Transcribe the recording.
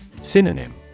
Synonym